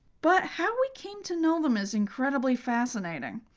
but how we came to know them is incredibly fascinating.